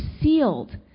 sealed